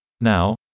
Now